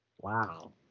Wow